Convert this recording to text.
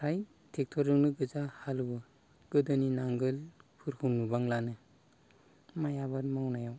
फ्राय ट्रेक्ट'रजोंनो गोजा हालौवो गोदोनि नांगोलफोरखौ नुबांलानो माइ आबाद मावनायाव